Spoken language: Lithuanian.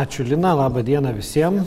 ačiū lina laba diena visiem